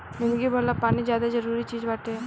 जिंदगी भर ला पानी ज्यादे जरूरी चीज़ बाटे